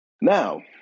Now